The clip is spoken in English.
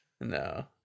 No